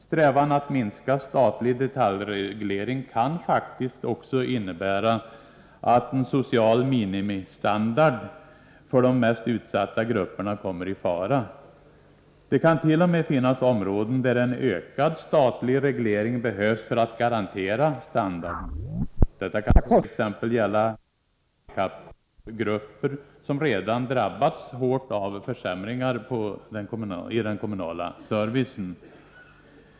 Strävan att minska statlig detaljreglering kan faktiskt också innebära att en social minimistandard för de mest utsatta grupperna kommer i fara. Det kant.o.m. finnas områden där en ökad statlig reglering behövs för att garantera standarden. Detta kan t.ex. gälla grupper av handikappade som redan drabbats hårt av försämringar inom den kommunala servicen.